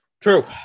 true